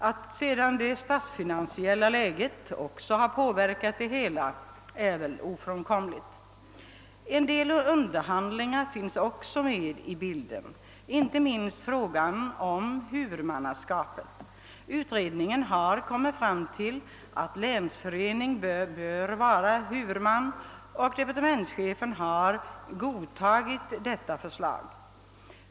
Att det statsfinansiella läget också inverkar är väl ofrånkomligt. En del underhandlingar finns också med i bilden — inte minst frågan om huvudmannaskapet. Utredningen har kommit fram till att länsförening bör vara huvudman, och departementschefen har godtagit detta förslag.